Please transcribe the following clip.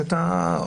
קודם.